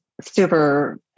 super